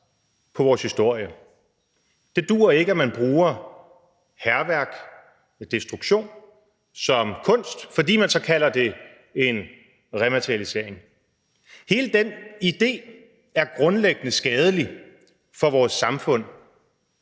på vores historie. Det duer ikke, at man bruger hærværk, destruktion, som kunst, fordi man så kalder det en rematerialisering. Hele den idé er grundlæggende skadelig for vores samfund,